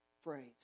phrase